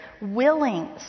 willing